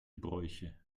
bräuche